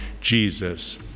Jesus